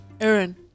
Aaron